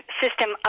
system